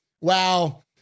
wow